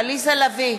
עליזה לביא,